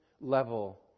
level